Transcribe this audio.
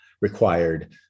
required